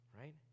Right